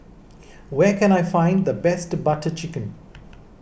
where can I find the best Butter Chicken